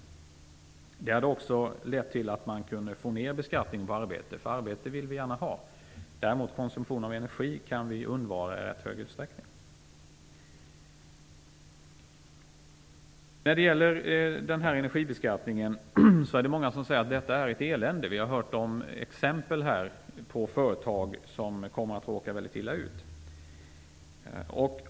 Det hade också lett till att man kunde få ned beskattningen på arbete - arbete vill vi gärna ha. Däremot kan vi undvara konsumtion av energi i rätt hög utsträckning. Det är många som säger att det är ett elände med energibeskattningen. Vi har hört om exempel på företag som kommer att råka väldigt illa ut.